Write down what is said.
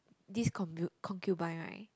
this concu~ concubine right